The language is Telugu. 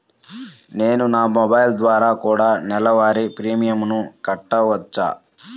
నేను నా మొబైల్ ద్వారా కూడ నెల వారి ప్రీమియంను కట్టావచ్చా?